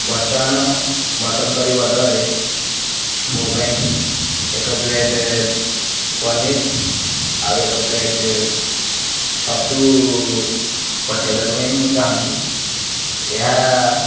ବର୍ତ୍ତମାନ mutton curry ବଦଳରେ ମୋ ପାଇଁ ଏକ ପ୍ଲେଟ୍ ପନିର ଆଉ ଏକ ପ୍ଲେଟ୍ ଛତୁ ପଠାଇବାକୁ ପାଇଁ ମୁଁ ଚାହୁଁଛି ଏହା